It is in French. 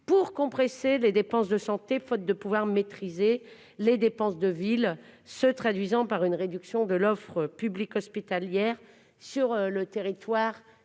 pour comprimer les dépenses de santé, faute de pouvoir maîtriser les dépenses de médecine de ville. Le résultat en est une réduction de l'offre publique hospitalière sur le territoire